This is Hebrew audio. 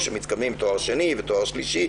כשמתקדמים לתואר שני ותואר שלישי,